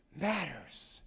matters